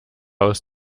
aus